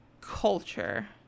culture